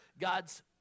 God's